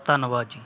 ਧੰਨਵਾਦ ਜੀ